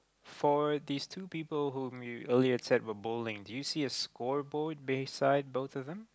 for these two people whom you earlier said were bullying do you see a scoreboard beside both of them